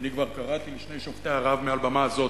ואני כבר קראתי לשני שובתי הרעב מעל במה זו